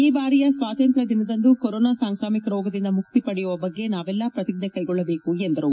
ಈ ಬಾರಿಯ ಸ್ನಾತಂತ್ರ್ಯ ದಿನದಂದು ಕೊರೊನಾ ಸಾಂಕ್ರಾಮಿಕ ರೋಗದಿಂದ ಮುಕ್ತಿ ಪಡೆಯುವ ಬಗ್ಗೆ ನಾವೆಲ್ಲಾ ಪ್ರತಿಷ್ಟ್ರ ಕೈಗೊಳ್ಳಬೇಕು ಎಂದರು